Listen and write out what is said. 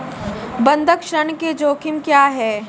बंधक ऋण के जोखिम क्या हैं?